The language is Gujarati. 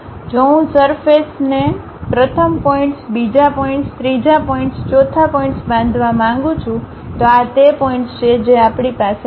જો હું સરફેસ ને પ્રથમ પોઇન્ટ્સ બીજા પોઇન્ટ્સ ત્રીજું પોઇન્ટ્સ ચોથા પોઇન્ટ્સ બાંધવા માંગું છું તો આ તે પોઇન્ટ્સ છે જે આપણી પાસે છે